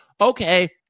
okay